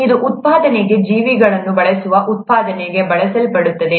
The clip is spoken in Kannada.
ಇದು ಉತ್ಪಾದನೆಗೆ ಜೀವಿಗಳನ್ನು ಬಳಸುವ ಉತ್ಪಾದನೆಗೆ ಬಳಸಲ್ಪಡುತ್ತದೆ